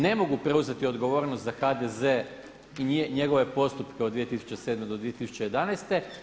Ne mogu preuzeti odgovornost za HDZ i njegove postupke od 2007. do 2011.